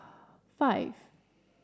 five